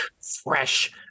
fresh